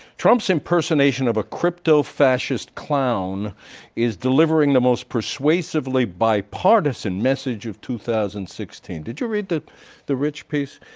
trump's impersonating of a crypto fascist clown is delivering the most persuasively bipartisan message of two thousand and sixteen. did you read the the rich piece?